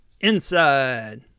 Inside